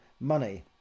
money